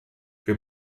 wir